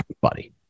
Buddy